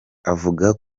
avuga